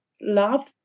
love